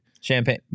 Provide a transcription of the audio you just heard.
Champagne